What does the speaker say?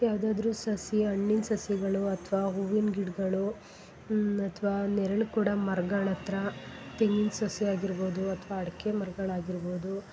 ಯಾವ್ದಾದರೂ ಸಸಿ ಹಣ್ಣಿನ ಸಸಿಗಳು ಅಥ್ವಾ ಹೂವಿನ ಗಿಡಗಳು ಅಥ್ವಾ ನೆರಳು ಕೊಡೊ ಮರ್ಗಳ ಹತ್ರ ತೆಂಗಿನ ಸಸಿಯಾಗಿರ್ಬೋದು ಅಥ್ವ ಅಡ್ಕೆ ಮರ್ರಗಳಾಗಿರ್ಬೋದು